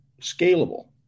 scalable